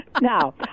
Now